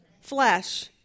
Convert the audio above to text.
Flesh